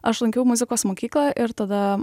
aš lankiau muzikos mokyklą ir tada